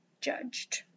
judged